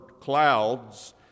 clouds